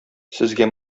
сезгә